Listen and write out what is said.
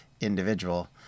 individual